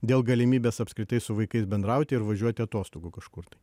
dėl galimybės apskritai su vaikais bendrauti ir važiuoti atostogų kažkur tai